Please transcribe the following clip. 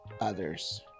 others